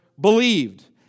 believed